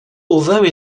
although